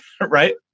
right